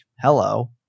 hello